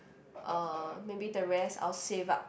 uh maybe the rest I will save up